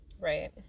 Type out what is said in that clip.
Right